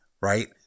Right